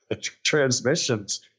transmissions